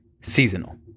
seasonal